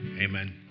amen